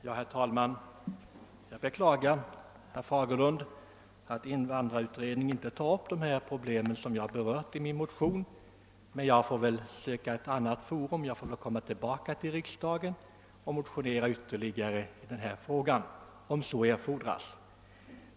Herr talman! Jag beklagar, herr Fagerlund, att invandrarutredningen inte tar upp de problem jag berört i min motion, men jag får väl återkomma med ytterligare en motion i denna fråga, om så erfordras.